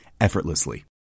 effortlessly